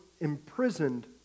imprisoned